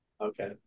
okay